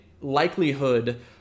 likelihood